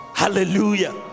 hallelujah